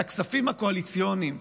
את הכספים הקואליציוניים,